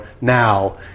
Now